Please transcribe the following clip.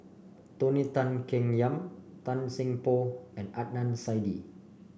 Tony Tan Keng Yam Tan Seng Poh and Adnan Saidi